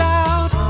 out